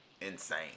insane